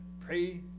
pray